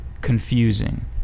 confusing